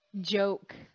joke